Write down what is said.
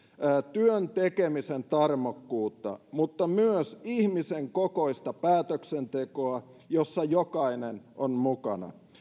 työn tekemisen tarmokkuutta mutta myös ihmisen kokoista päätöksentekoa jossa jokainen on mukana